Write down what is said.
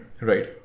right